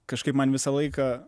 kažkaip man visą laiką